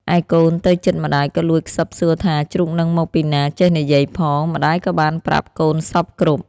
ឯកូនទៅជិតម្ដាយក៏លួចខ្សឹបសួរថា ជ្រូកហ្នឹងមកពីណា ចេះនិយាយផង? ម្ដាយក៏បានប្រាប់កូនសព្វគ្រប់។